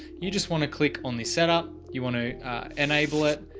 you just want to click on the setup. you want to enable it.